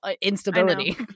instability